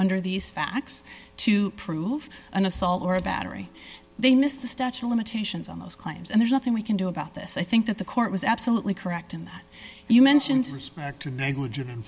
under these facts to prove an assault or a battery they missed the statue limitations on those claims and there's nothing we can do about this i think that the court was absolutely correct in that you mentioned respect to negligent